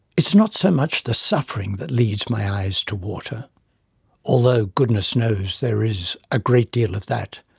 is not so much the suffering that leads my eyes to water although, goodness knows, there is a great deal of that.